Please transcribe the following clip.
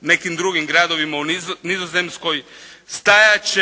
nekim drugim gradovima u Nizozemskoj stajat